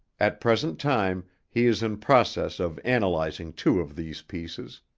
at present time he is in process of analyzing two of these pieces.